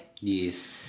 Yes